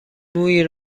مویی